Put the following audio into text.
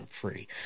free